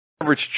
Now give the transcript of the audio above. average